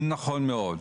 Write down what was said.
נכון מאוד.